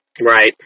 Right